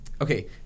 okay